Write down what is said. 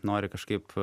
nori kažkaip